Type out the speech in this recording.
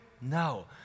No